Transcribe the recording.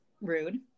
rude